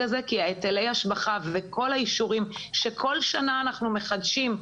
הזה כי היטלי השבחה וכל האישורים שכל שנה אנחנו מחדשים,